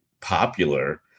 popular